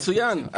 מצוין.